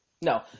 no